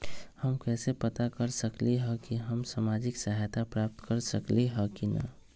हम कैसे पता कर सकली ह की हम सामाजिक सहायता प्राप्त कर सकली ह की न?